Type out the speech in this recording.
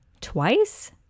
twice